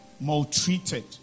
maltreated